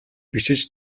бичиж